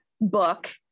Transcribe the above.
book